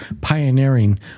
pioneering